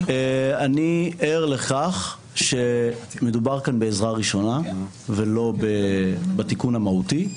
אני ער לכך שמדובר כאן בעזרה ראשונה ולא בתיקון המהותי,